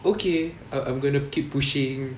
okay I I'm gonna keep pushing